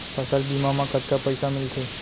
फसल बीमा म कतका पइसा मिलथे?